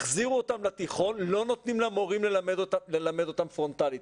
החזירו אותם לתיכון אבל לא נותנים למורים ללמד אותם פרונטלית.